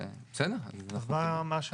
נכון, זה מה שהצעתם.